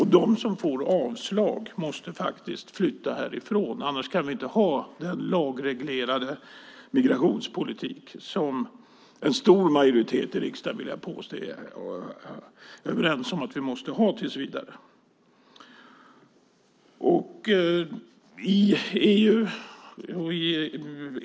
De som får avslag måste flytta härifrån annars kan vi inte ha den lagreglerade migrationspolitik som en stor majoritet i riksdagen är överens om att vi måste ha tills vidare.